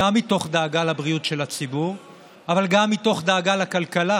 גם מתוך דאגה לבריאות של הציבור אבל גם מתוך דאגה לכלכלה.